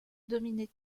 dominait